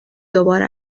دوباره